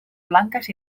blanques